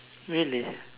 really